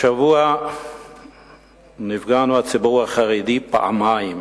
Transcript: השבוע נפגענו, הציבור החרדי, פעמיים,